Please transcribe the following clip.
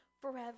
forever